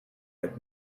had